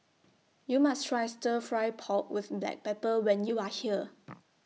YOU must Try Stir Fry Pork with Black Pepper when YOU Are here